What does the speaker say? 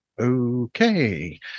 okay